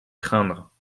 craindre